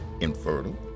infertile